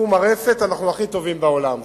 בתחום הרפת אנחנו הכי טובים בעולם,